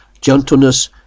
gentleness